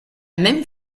même